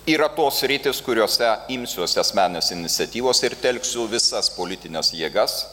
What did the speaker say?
yra tos sritys kuriose imsiuosi asmeninės iniciatyvos ir telksiu visas politines jėgas